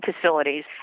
facilities